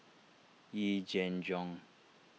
Yee Jenn Jong